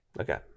Okay